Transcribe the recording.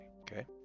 Okay